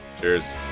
cheers